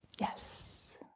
Yes